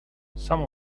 some